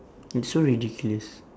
and so ridiculous